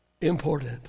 important